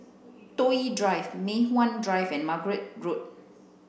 Toh Yi Drive Mei Hwan Drive and Margate Road